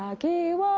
games.